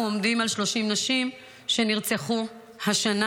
אנחנו עומדים על 30 נשים שנרצחו השנה,